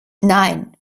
nein